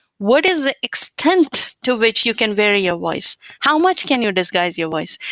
what is the extent to which you can vary your voice? how much can you disguise your voice?